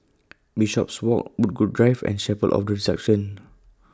Bishopswalk Woodgrove Drive and Chapel of The Resurrection